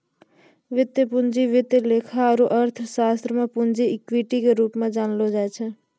वित्तीय पूंजी वित्त लेखा आरू अर्थशास्त्र मे पूंजी इक्विटी के रूप मे जानलो जाय छै